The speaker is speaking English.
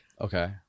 Okay